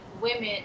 women